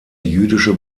jüdische